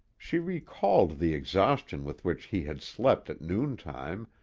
she recalled the exhaustion with which he had slept at noontime,